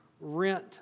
rent